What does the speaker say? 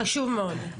חשוב מאוד.